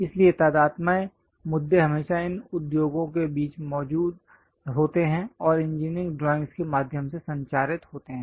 इसलिए तादात्म्य मुद्दे हमेशा इन उद्योगों के बीच मौजूद होते हैं और इंजीनियरिंग ड्राइंगस् के माध्यम से संचारित होते हैं